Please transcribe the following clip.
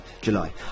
July